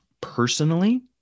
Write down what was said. personally